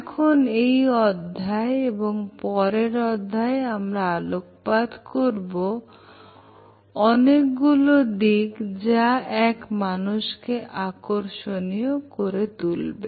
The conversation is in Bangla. এখন এই অধ্যায়ে এবং পরের অধ্যায় আমরা আলোকপাত করব অনেকগুলো দিক যা এক মানুষকে আকর্ষণীয় করে তুলবে